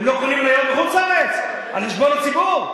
הם לא קונים מניות בחוץ-לארץ, על חשבון הציבור?